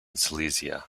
silesia